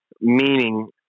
meaning